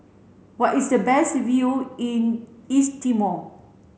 where is the best view in East Timor